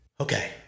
Okay